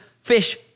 fish